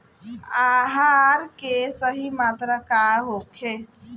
आहार के सही मात्रा का होखे?